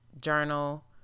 journal